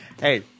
Hey